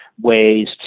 ways